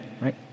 right